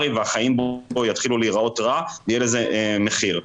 והחיים בו יתחילו להיראות רע ויהיה לזה מחיר,